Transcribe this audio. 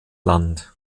land